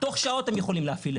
תוך שעות הם יכולים להפעיל את זה.